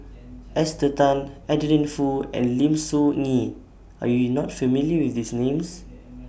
Esther Tan Adeline Foo and Lim Soo Ngee Are YOU not familiar with These Names